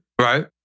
Right